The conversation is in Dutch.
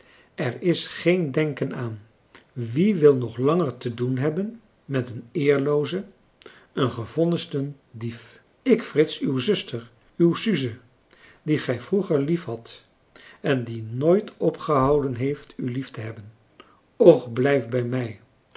er is geen denken aan wie wil nog langer te doen hebben met een eerlooze een gevonnisden dief ik frits uw zuster uw suze die gij vroeger liefhadt en die nooit opgehouden heeft u lief te hebben och blijf bij mij